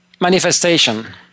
manifestation